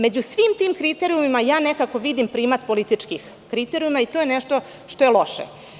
Među svim tim kriterijumima ja nekako vidim primat političkih kriterijuma i to je nešto što je loše.